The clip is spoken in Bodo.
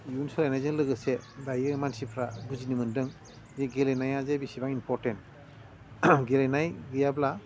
इयुन सोलायनायजों लोगोसे दायो मानसिफ्रा बुजिनो मोन्दों जे गेलेनायाजे बेसेबां इम्परटेन्ट गेलेनाय गैयाब्ला